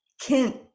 Kent